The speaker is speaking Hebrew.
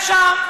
אחרי זה אתם שם,